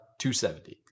$270